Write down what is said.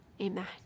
Amen